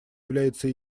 является